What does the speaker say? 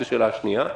זו השאלה השנייה.